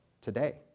today